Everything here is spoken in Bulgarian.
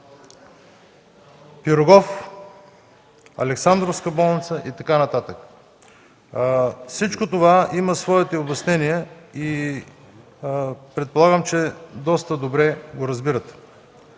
„Пирогов”, Александровската болница и така нататък. Всичко това има своите обяснения и предполагам, че доста добре го разбирате.